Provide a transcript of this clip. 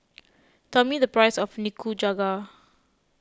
tell me the price of Nikujaga